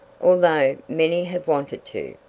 although many have wanted to.